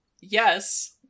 Yes